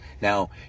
Now